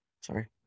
sorry